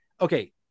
Okay